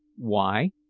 why?